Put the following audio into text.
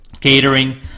catering